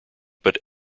but